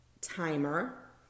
timer